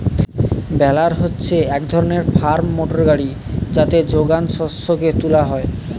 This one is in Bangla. বেলার হচ্ছে এক ধরণের ফার্ম মোটর গাড়ি যাতে যোগান শস্যকে তুলা হয়